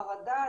חרדה,